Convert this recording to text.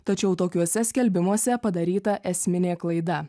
tačiau tokiuose skelbimuose padaryta esminė klaida